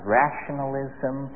rationalism